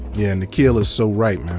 yeah nikhil is so right,